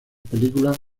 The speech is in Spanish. películas